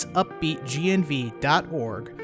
upbeatgnv.org